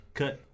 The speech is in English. cut